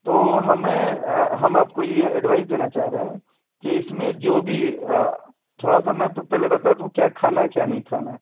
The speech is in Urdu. تو ہمیں ہم آپ کو یہ ایڈوائز دینا چاہ رہے ہیں کہ اس میں جو بھی تھوڑا سا میں تو پہلے بتا دوں کیا کھانا ہے کیا نہیں کھانا ہے